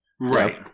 Right